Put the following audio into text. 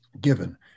given